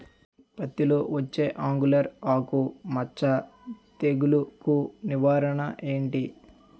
పత్తి లో వచ్చే ఆంగులర్ ఆకు మచ్చ తెగులు కు నివారణ ఎంటి?